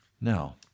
Now